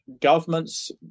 governments